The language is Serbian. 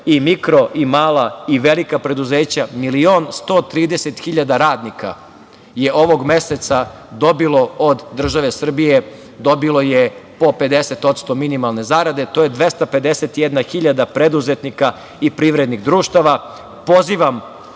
i mikro i mala i velika preduzeća, milion i 130 hiljada radnika je ovog meseca dobilo od države Srbije po 50% minimalne zarade, to je 251 hiljada preduzetnika i privrednih društava.